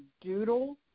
doodle